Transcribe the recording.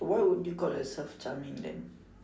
why would you call yourself charming then